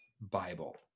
Bible